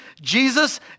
Jesus